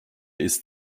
ist